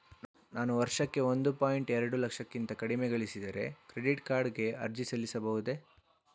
ನಾನು ವರ್ಷಕ್ಕೆ ಒಂದು ಪಾಯಿಂಟ್ ಎರಡು ಲಕ್ಷಕ್ಕಿಂತ ಕಡಿಮೆ ಗಳಿಸಿದರೆ ಕ್ರೆಡಿಟ್ ಕಾರ್ಡ್ ಗೆ ಅರ್ಜಿ ಸಲ್ಲಿಸಬಹುದೇ?